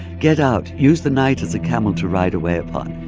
get out. use the night as a camel to ride away upon.